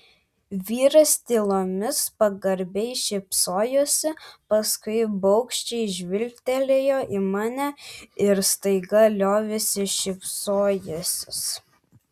vyras tylomis pagarbiai šypsojosi paskui baugščiai žvilgtelėjo į mane ir staiga liovėsi šypsojęsis